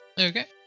Okay